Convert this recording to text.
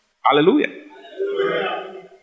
Hallelujah